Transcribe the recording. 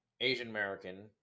Asian-American